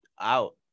out